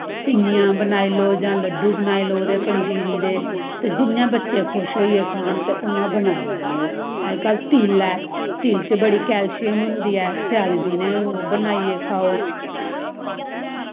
पिन्नियां बनाई लैओ जां लड्डू बनाई लैओ उस पंजीरी दे ते जियां बच्चे खुश होइयै खान ते उआं खाई लैन्ने ओह् अज कल तिल ऐ तिल च बड़ी कैलशियम होंदी ऐ स्यालैं दिनै ओह् बनाइयै खाओ